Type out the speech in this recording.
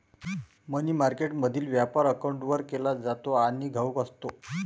मनी मार्केटमधील व्यापार काउंटरवर केला जातो आणि घाऊक असतो